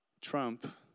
trump